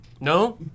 No